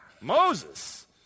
Moses